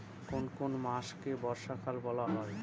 কোন কোন মাসকে বর্ষাকাল বলা হয়?